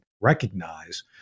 recognize